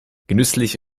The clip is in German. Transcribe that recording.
genüsslich